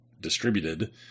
distributed